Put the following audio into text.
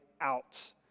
out